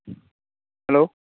hello